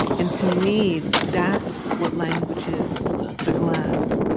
and to me, that's what language is the glass.